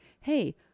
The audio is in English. hey